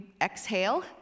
exhale